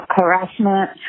harassment